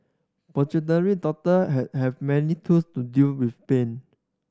doctor have many tools to deal with pain